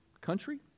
country